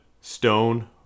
stone